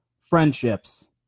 friendships